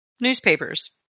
newspapers